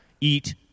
eat